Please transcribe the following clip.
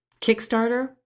Kickstarter